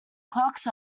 clocks